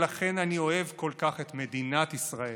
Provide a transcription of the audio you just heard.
ולכן אני אוהב כל כך את מדינת ישראל.